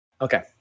Okay